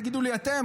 תגידו לי אתם,